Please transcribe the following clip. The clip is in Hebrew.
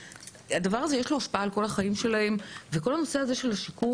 לדבר הזה יש השפעה על כל החיים שלהם וכל נושא השיקום,